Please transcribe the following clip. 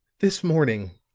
this morning,